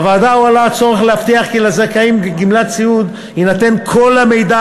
בוועדה הועלה הצורך להבטיח כי לזכאים לגמלת סיעוד יינתן כל המידע